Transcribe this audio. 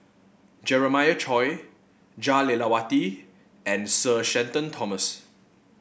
Jeremiah Choy Jah Lelawati and Sir Shenton Thomas